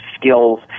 skills